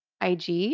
ig